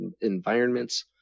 environments